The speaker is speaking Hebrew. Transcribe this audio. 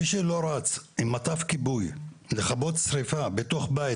מי שלא רץ עם מטף כיבוי לכבות שריפה בתוך בית